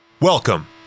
Welcome